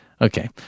okay